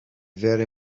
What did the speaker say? very